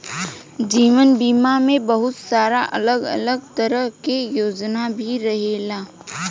जीवन बीमा में बहुत सारा अलग अलग तरह के योजना भी रहेला